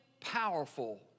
powerful